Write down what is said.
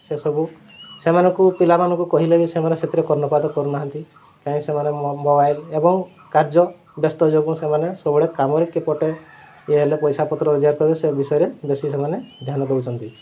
ସେସବୁ ସେମାନଙ୍କୁ ପିଲାମାନଙ୍କୁ କହିଲେ ବି ସେମାନେ ସେଥିରେ କର୍ଣ୍ଣପାତ କରୁନାହାନ୍ତି କାହିଁକି ସେମାନେ ମୋବାଇଲ୍ ଏବଂ କାର୍ଯ୍ୟ ବ୍ୟସ୍ତ ଯୋଗୁଁ ସେମାନେ ସବୁବେଳେ କାମରେ କିପଟେ ଇଏ ହେଲେ ପଇସା ପତ୍ର ରୋଜଗାର କରିବେ ସେ ବିଷୟରେ ବେଶୀ ସେମାନେ ଧ୍ୟାନ ଦେଉଛନ୍ତି